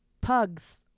Pugs